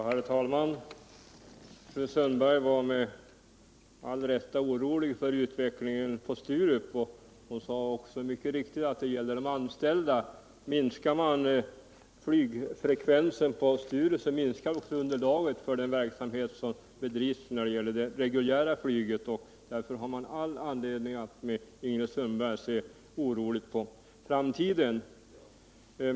Herr talman! Fru Sundberg är med all rätt orolig för utvecklingen på Sturup och för de anställda där. Minskar charterflygningen på Sturup, så minskar också underlaget för det reguljära flyget. Därför har vi all anledning att med Ingrid Sundberg se oroligt på framtiden.